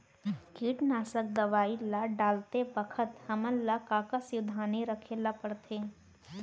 कीटनाशक दवई ल डालते बखत हमन ल का का सावधानी रखें ल पड़थे?